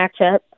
matchup